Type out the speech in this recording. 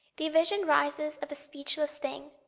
the vision rises of a speechless thing,